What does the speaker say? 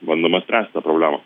bandoma spręst tą problemą